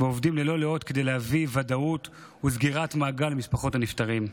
ועובדים ללא לאות כדי להביא ודאות וסגירת מעגל למשפחות הנפטרים.